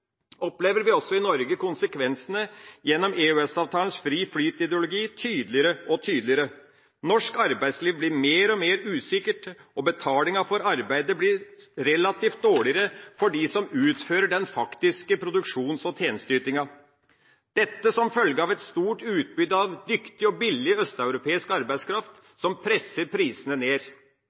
opplever vi også i Norge konsekvensene av EØS-avtalens fri-flyt-ideologi tydeligere og tydeligere. Norsk arbeidsliv blir mer og mer usikkert, og betalinga for arbeidet blir relativt dårligere for dem som utfører den faktiske produksjons- og tjenesteytinga – dette som følge av et stort utbud av dyktig og billig øst-europeisk arbeidskraft som presser prisene ned.